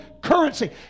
currency